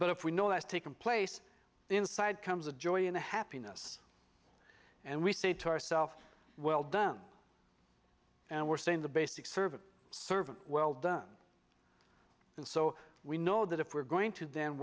but if we know that's taken place inside comes a joy and a happiness and we say to ourself well done and we're saying the basic servant servant well done and so we know that if we're going to the